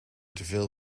teveel